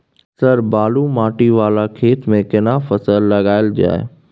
Sir बालू माटी वाला खेत में केना फसल लगायल जाय?